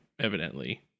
evidently